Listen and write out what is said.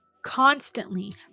constantly